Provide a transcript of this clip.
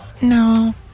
No